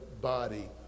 body